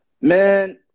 Man